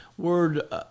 Word